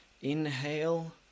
Inhale